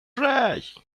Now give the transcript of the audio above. trash